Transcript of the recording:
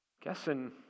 guessing